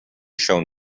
shown